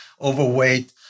overweight